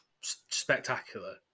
spectacular